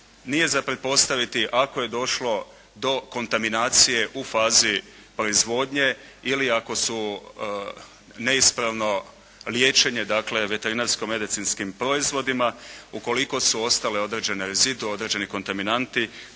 nije za pretpostaviti ako je došlo do kontaminacije u fazi proizvodnje ili ako su neispravno liječenje, dakle veterinarsko-medicinskim proizvodima, ukoliko su ostale određene rezidue, određeni kontaminanti